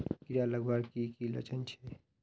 कीड़ा लगवार की की लक्षण छे?